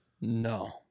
No